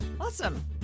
Awesome